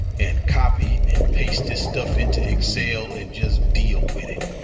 and copy-and-paste this stuff into excel and just deal with it.